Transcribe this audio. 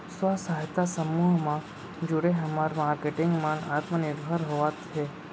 स्व सहायता समूह म जुड़े हमर मारकेटिंग मन आत्मनिरभर होवत हे